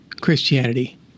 Christianity